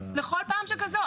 לכל פעם שכזאת.